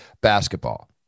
basketball